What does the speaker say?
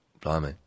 Blimey